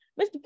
Mr